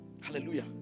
Hallelujah